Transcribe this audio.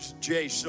Jay